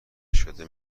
شده